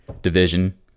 division